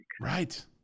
Right